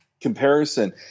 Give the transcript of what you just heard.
comparison